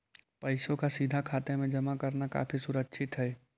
पैसों का सीधा खाते में जमा करना काफी सुरक्षित हई